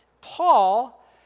Paul